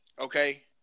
Okay